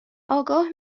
آگاه